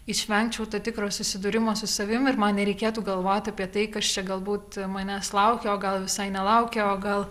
išvengčiau to tikro susidūrimo su savimi ir man nereikėtų galvoti apie tai kas čia galbūt manęs laukia o gal visai nelaukia o gal